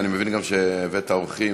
אני מבין גם שהבאת אורחים